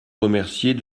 remercier